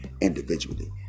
individually